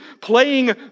playing